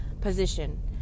position